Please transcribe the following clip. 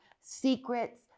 secrets